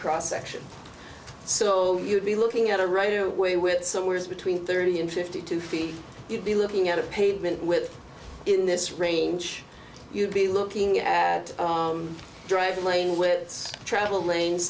cross section so you'd be looking at a right away with somewhere between thirty and fifty two feet you'd be looking at a pavement with in this range you'd be looking at dr lane with travel